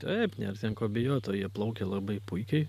taip nėr ten ko bijot o jie plaukia labai puikiai